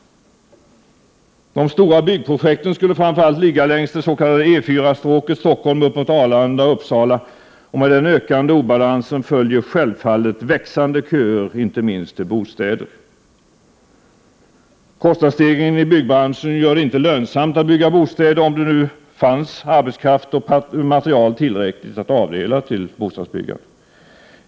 De stora byggprojekten skulle framför allt ligga längs det s.k. E 4-stråket — Stockholm upp mot Arlanda och Uppsala. Med den ökande obalansen följer självfallet växande köer, inte minst till bostäder. Kostnadsstegringen i byggbranschen gör det inte lönsamt att bygga bostäder, om det nu fanns tillräckligt med arbetskraft och material att avdela till bostadsbyggande.